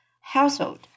household